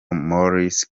maurice